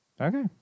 Okay